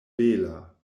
bela